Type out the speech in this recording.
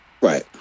Right